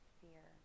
fear